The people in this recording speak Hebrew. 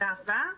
תודה רבה.